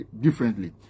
differently